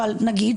אבל נגיד,